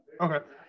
Okay